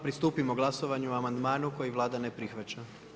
Pristupimo glasovanju o amandmanu koji Vlada ne prihvaća.